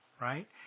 right